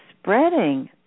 spreading